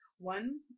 one